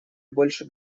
больше